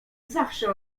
zawsze